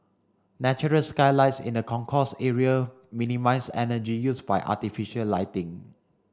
natural skylights in the concourse area minimise energy use by artificial lighting